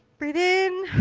breathe in.